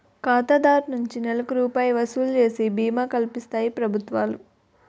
ఖాతాదారు నుంచి నెలకి రూపాయి వసూలు చేసి బీమా కల్పిస్తాయి ప్రభుత్వాలు